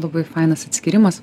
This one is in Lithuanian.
labai fainas atskyrimas